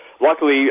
luckily